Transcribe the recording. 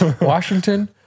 Washington